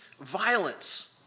violence